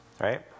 Right